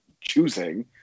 choosing